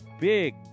big